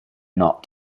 not